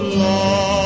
love